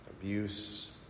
Abuse